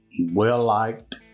well-liked